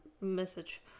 message